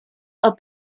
are